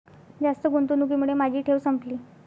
जास्त गुंतवणुकीमुळे माझी ठेव संपली